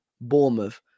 Bournemouth